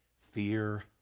fear